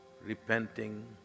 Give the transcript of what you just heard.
repenting